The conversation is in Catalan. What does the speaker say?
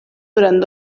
durant